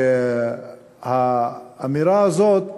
והאמירה הזאת